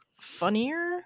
funnier